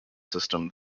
system